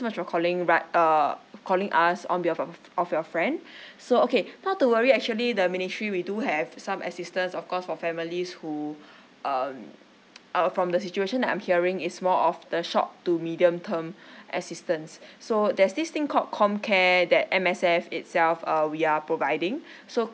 so much for calling raj err calling us on behalf of of your friend so okay not to worry actually the ministry we do have some assistance of course for families who um out of from the situation that I'm hearing it's more of the short to medium term assistance so there's this thing called comcare that M_S_F itself uh we are providing so